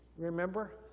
Remember